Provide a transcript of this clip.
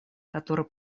который